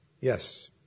Yes